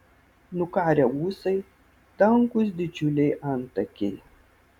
nukarę ūsai tankūs didžiuliai antakiai